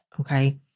okay